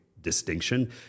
distinction